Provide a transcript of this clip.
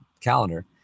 calendar